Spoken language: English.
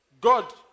God